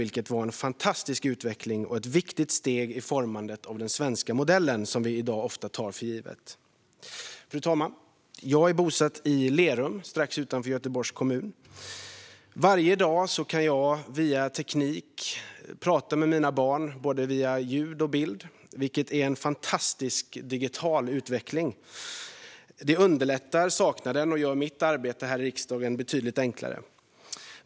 Det var en fantastisk utveckling och ett viktigt steg i formandet av den svenska modellen, som vi i dag ofta tar för given. Fru talman! Jag är bosatt i Lerum strax utanför Göteborg. Varje dag kan jag prata med mina barn via både ljud och bild, vilket är en fantastisk digital utveckling. Det lindrar saknaden och gör mitt arbete här i riksdagen betydligt enklare.